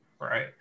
right